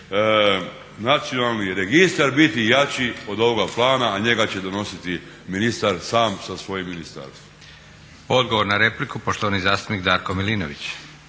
nacionalni registar biti jači od ovoga plana, a njega će donositi ministar sam sa svojim ministarstvom.